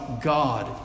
God